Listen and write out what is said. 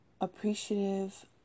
appreciative